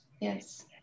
Yes